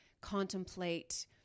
contemplate